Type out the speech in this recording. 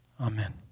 Amen